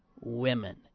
Women